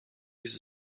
dies